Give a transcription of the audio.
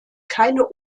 keine